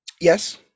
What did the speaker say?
Yes